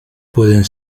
pueden